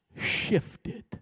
shifted